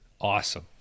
awesome